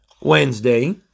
Wednesday